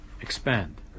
expand